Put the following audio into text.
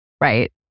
Right